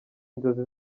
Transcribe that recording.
inzozi